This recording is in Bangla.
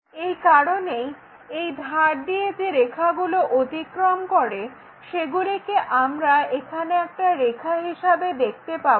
এই কারণেই এই ধার দিয়ে যে রেখাগুলো অতিক্রম করে সেগুলিকে আমরা এখানে একটা রেখা হিসাবে দেখতে পাবো